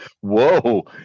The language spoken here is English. Whoa